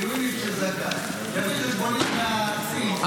מילואימניק שזכאי יביא חשבונית מהצימר.